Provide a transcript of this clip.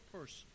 person